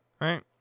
Right